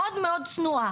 מאוד מאוד צנועה.